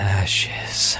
ashes